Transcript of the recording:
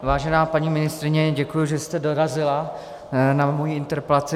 Vážená paní ministryně, děkuji, že jste dorazila na moji interpelaci.